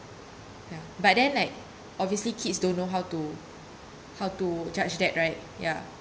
ya but then like obviously kids don't know how to how to judge that right ya